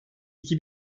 iki